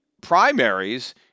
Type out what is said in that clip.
primaries